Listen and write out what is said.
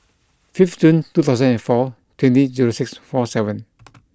fifth Jun two thousand and four twenty zero six four seven